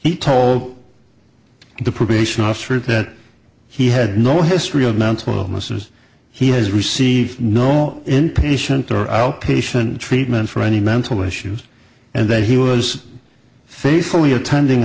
he told the probation officer that he had no history of mental illnesses he has received no inpatient or outpatient treatment for any mental issues and that he was facing attending